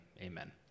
Amen